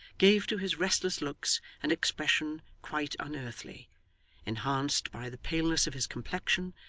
gave to his restless looks an expression quite unearthly enhanced by the paleness of his complexion,